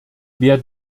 wer